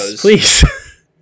please